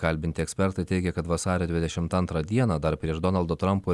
kalbinti ekspertai teigia kad vasario dvidešimt antrą dieną dar prieš donaldo trampo